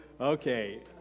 okay